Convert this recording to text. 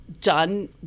done